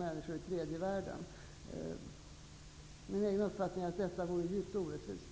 till någon allmän känsla av rättvisa för hushållen i Sverige. Min uppfattning är att det skulle vara djupt orättvist.